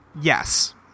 Yes